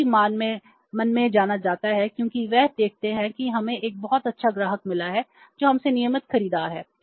यह भी मन में जाना जाता है क्योंकि वे देखते हैं कि हमें एक बहुत अच्छा ग्राहक मिला है जो हमसे नियमित खरीदार है